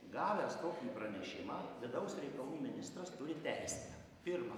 gavęs tokį pranešimą vidaus reikalų ministras turi teisę pirma